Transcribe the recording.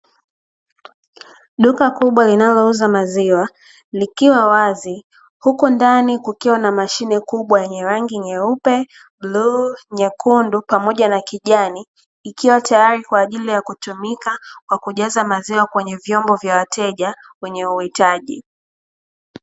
Duka kubwa linalouza maziwa likiwa wazi huku ndani kukiwa na mashine kubwa yenye rangi nyeupe, bluu, nyekundu pamoja na kijani ikiwa tayari kwa ajili ya kutumika kwa kujaza maziwa kwenye vyombo vya wateja wenye uhitaji.